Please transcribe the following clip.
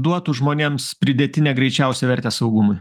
duotų žmonėms pridėtinę greičiausią vertę saugumui